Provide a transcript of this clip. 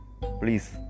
Please